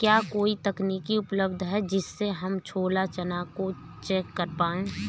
क्या कोई तकनीक उपलब्ध है जिससे हम छोला चना को चेक कर पाए?